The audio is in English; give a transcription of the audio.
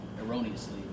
erroneously